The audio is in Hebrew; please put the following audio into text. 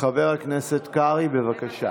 חבר הכנסת קרעי, בבקשה.